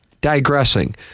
Digressing